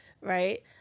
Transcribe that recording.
Right